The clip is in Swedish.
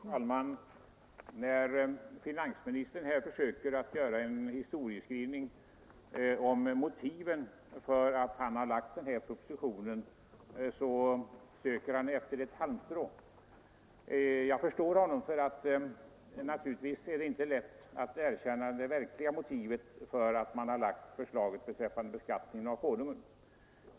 Fru talman! När finansministern försöker göra en historiebeskrivning om motiven för att han har lagt den här propositionen griper han efter ett halmstrå. Jag förstår honom; naturligtvis är det inte lätt att erkänna det verkliga motivet till förslaget om skatteplikt för Konungen.